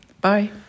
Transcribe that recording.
bye